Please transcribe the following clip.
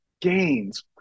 gains